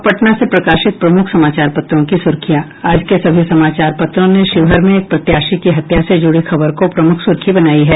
अब पटना से प्रकाशित प्रमुख समाचार पत्रों की सुर्खियां आज के सभी समाचार पत्रों ने शिवहर में एक प्रत्याशी की हत्या से जुड़ी खबर को प्रमुख सुर्खी बनाया है